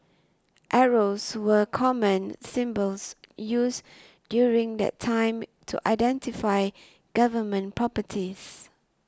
arrows were common symbols used during that time to identify Government properties